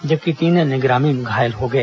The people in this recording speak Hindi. जबकि तीन अन्य ग्रामीण घायल हो गए